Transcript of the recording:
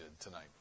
tonight